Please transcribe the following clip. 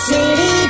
City